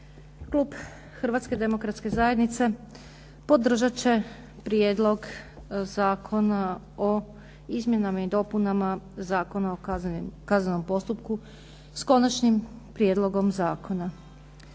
Klub Hrvatske demokratske zajednice podržat će Prijedlog zakona o izmjenama i dopunama Zakona o kaznenom postupku, s konačnim prijedlogom zakona.